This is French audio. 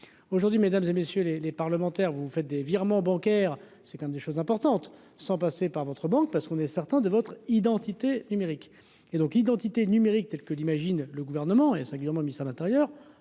aujourd'hui, mesdames et messieurs les les. Parlementaire, vous faites des virements bancaires, c'est quand même des choses importantes, sans passer par votre banque, parce qu'on est certain de votre. Identité numérique et donc identité numérique telle que l'imagine le gouvernement, et singulièrement l'intérieur